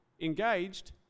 engaged